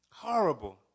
Horrible